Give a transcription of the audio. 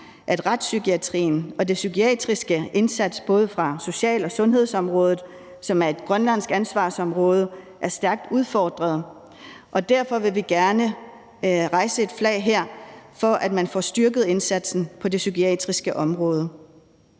at retspsykiatrien og den psykiatriske indsats både fra social- og sundhedsområdet, som er et grønlandsk ansvarsområde, er stærkt udfordrede, og derfor vil vi gerne rejse et flag her for, at man får styrket indsatsen på det psykiatriske område.